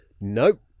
Nope